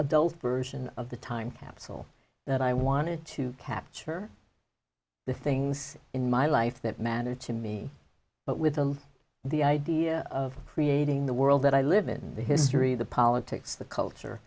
adult version of the time capsule that i wanted to capture the things in my life that mattered to me but with the idea of creating the world that i live in the history the politics the culture